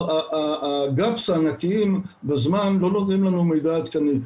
הפערים הענקיים בזמן לא נותנים לנו מידע עדכני.